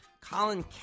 Colin